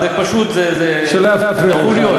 שלא יפריעו.